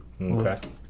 Okay